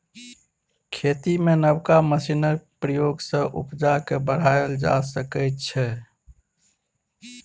खेती मे नबका मशीनक प्रयोग सँ उपजा केँ बढ़ाएल जा सकै छै